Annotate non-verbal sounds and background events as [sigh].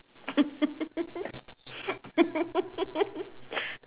[laughs]